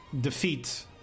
defeat